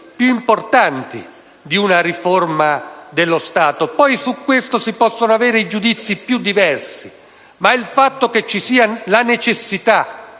più importanti di una riforma dello Stato. Si possono avere i giudizi più diversi, ma sul fatto che ci sia la necessità